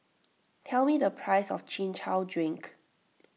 tell me the price of Chin Chow Drink